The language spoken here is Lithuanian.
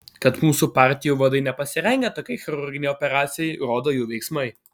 kad mūsų partijų vadai nepasirengę tokiai chirurginei operacijai rodo jų veiksmai